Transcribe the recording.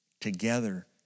together